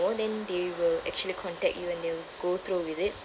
then they will actually contact you and they will go through with it